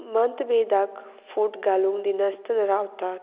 मतभेदाक फूट घालूंक दिनासतना रावतात